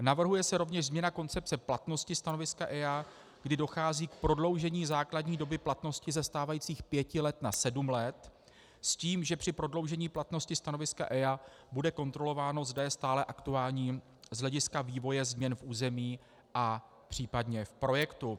Navrhuje se rovněž změna koncepce platnosti stanoviska EIA, kdy dochází k prodloužení základní doby platnosti ze stávajících pěti let na sedm let s tím, že při prodloužení platnosti stanoviska EIA bude kontrolováno, zda je stále aktuální z hlediska vývoje změn v území a případně v projektu.